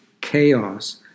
chaos